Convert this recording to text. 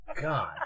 God